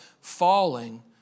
falling